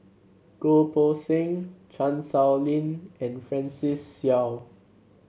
Goh Poh Seng Chan Sow Lin and Francis Seow